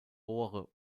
rohre